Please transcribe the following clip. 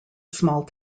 small